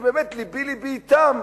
ובאמת לבי לבי אתם,